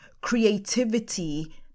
creativity